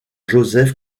joseph